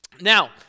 Now